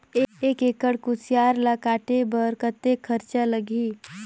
एक एकड़ कुसियार ल काटे बर कतेक खरचा लगही?